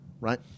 Right